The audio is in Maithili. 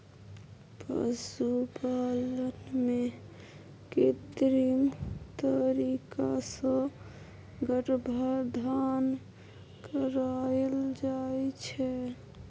पशुपालन मे कृत्रिम तरीका सँ गर्भाधान कराएल जाइ छै